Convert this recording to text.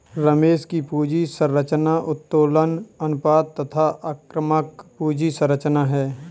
रमेश की पूंजी संरचना उत्तोलन अनुपात तथा आक्रामक पूंजी संरचना है